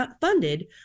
funded